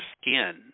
skin